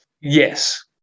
Yes